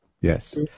Yes